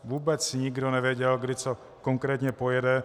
Vůbec nikdo nevěděl, kdy co konkrétně pojede.